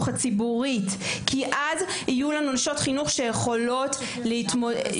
הציבורית כי אז יהיו לנו נשות חינוך שיכולות להתמודד,